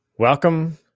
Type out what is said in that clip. Welcome